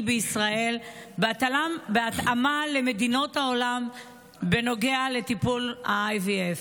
בישראל בהתאמה למדינות העולם בנוגע לטיפול ה-IVF?